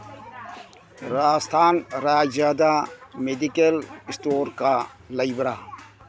ꯔꯥꯖꯊꯥꯟ ꯔꯥꯏꯖ꯭ꯌꯥꯗ ꯃꯦꯗꯤꯀꯦꯜ ꯏꯁꯇꯣꯔꯀ ꯂꯩꯕ꯭ꯔꯥ